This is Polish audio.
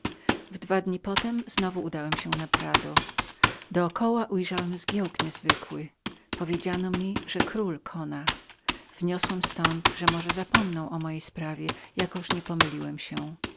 we dwa dni potem znowu udałem się do prado do koła ujrzałem zgiełk niezwykły powiedziano mi że król konał wniosłem ztąd że może zapomną o mojej sprawie jakoż nie pomyliłem się